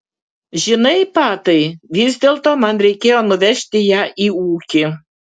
žinai patai vis dėlto man reikėjo nuvežti ją į ūkį